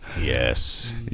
Yes